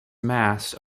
mass